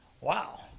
Wow